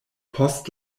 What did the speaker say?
post